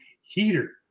heater